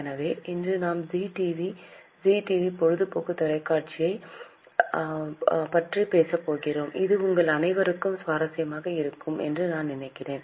எனவே இன்று நாம் ஜீ டிவி ஜீ பொழுதுபோக்கு தொலைக்காட்சியைப் பற்றிப் பேசப் போகிறோம் இது உங்கள் அனைவருக்கும் சுவாரஸ்யமாக இருக்கும் என்று நான் நினைக்கிறேன்